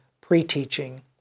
pre-teaching